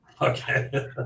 okay